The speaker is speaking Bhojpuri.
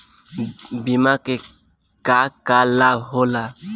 बिमा के का का लाभ होला?